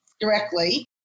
directly